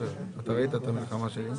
מתקיימת ההצבעה.